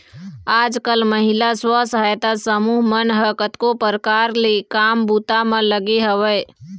आजकल महिला स्व सहायता समूह मन ह कतको परकार ले काम बूता म लगे हवय